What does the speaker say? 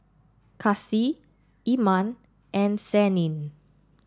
Kasih Iman and Senin